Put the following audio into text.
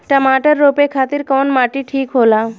टमाटर रोपे खातीर कउन माटी ठीक होला?